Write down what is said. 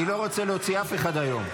אני לא רוצה להוציא אף אחד היום.